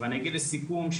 אגיד לסכום,